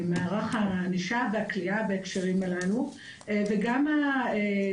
שזו העמדה שלנו ובתי המשפט נוהגים כמונו וכמו שהסברתי,